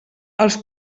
els